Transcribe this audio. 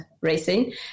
racing